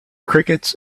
crickets